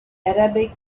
arabic